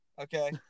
okay